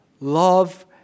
love